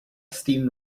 steam